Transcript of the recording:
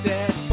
Dead